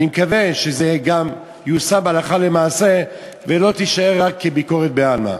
אני מקווה שזה גם ייושם הלכה למעשה ולא יישאר רק כביקורת בעלמא.